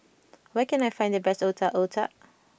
where can I find the best Otak Otak